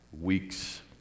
weeks